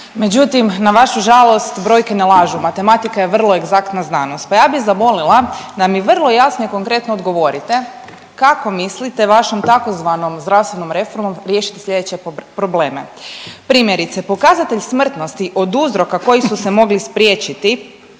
međutim na vašu žalost brojke ne lažu, matematika je vrlo egzaktna znanost, pa ja bi zamolila da mi vrlo jasno i konkretno odgovorite kako mislite vašom tzv. zdravstvenom reformom riješiti slijedeće probleme. Primjerice pokazatelj smrtnosti od uzroka koji su se mogli spriječiti